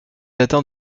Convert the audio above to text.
atteint